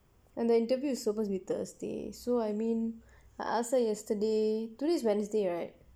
and the interview is supposed to be thursday so I mean I asked her yesterday today is wednesday right